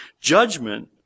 judgment